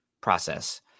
process